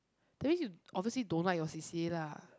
that means you obviously don't like your C_C_A lah